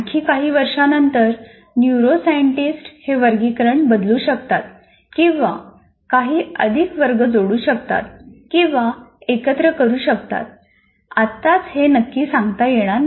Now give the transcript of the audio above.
आणखी काही वर्षांनंतर न्यूरोसाइंटिस्ट हे वर्गीकरण बदलू शकतात किंवा काही अधिक वर्ग जोडू शकतात किंवा एकत्र करू शकतात आत्ताच हे नक्की सांगता येणार नाही